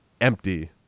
empty